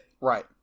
Right